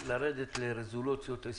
פה נעשתה עבודה מצוינת.